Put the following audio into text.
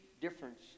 difference